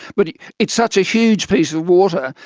but it such a huge piece of water.